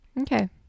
okay